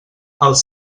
els